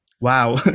wow